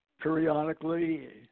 periodically